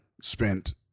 spent